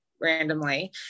randomly